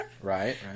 right